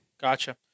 Gotcha